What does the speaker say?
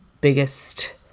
biggest